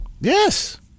Yes